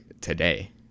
today